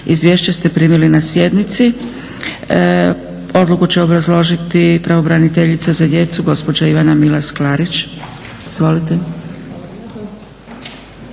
Izvješće ste primili na sjednici. Odluku će obrazložiti pravobraniteljica za djecu gospođa Ivana Milas Klarić. Izvolite.